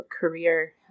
career